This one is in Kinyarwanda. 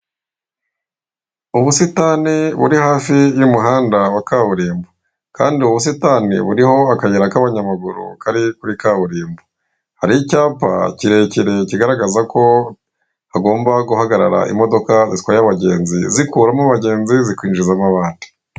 Ubusitani buri hafi y'umuhanda wa kaburimbo kandi ubusitani buriho akayira k'abanyamaguru kari kuri kaburimbo, hari icyapa kirekire kigaragaza ko hagomba guhagarara imodoka zitwaye abagenzi zikuramo abagenzi zishyiramo abandi.